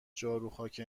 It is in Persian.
جاروخاک